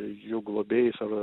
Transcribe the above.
jų globėjais ar